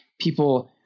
people